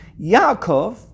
Yaakov